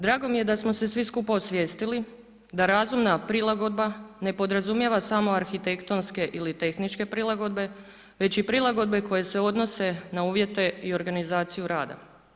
Drago mi je da smo se svi skupa osvijestili da razumna prilagodba ne podrazumijeva samo arhitektonske ili tehničke prilagodbe, već i prilagodbe koje se odnose na uvjete i organizaciju rada.